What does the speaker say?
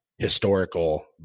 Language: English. Historical